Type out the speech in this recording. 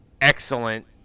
excellent